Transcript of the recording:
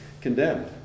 condemned